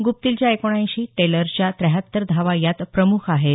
गुप्तीलच्या एकोणऐंशी टेलरच्या त्र्याहत्तर धावा यात प्रमुख होत्या